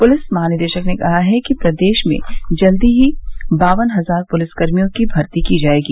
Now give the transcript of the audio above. police महानिदेशक ने कहा कि प्रदेश में जल्दी ही बावन हजार पुलिसकर्मियों की भर्ती की जायेगी